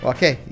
Okay